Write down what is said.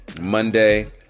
Monday